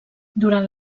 durant